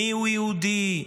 מיהו יהודי,